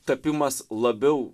tapimas labiau